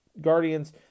Guardians